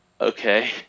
okay